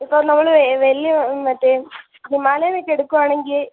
ഇത് ഇപ്പം നമ്മൾ വലിയ മറ്റേ ഹിമാലയനൊക്കെ എടുക്കുകയാണെങ്കിൽ